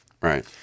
Right